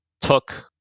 took